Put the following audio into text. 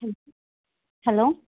hello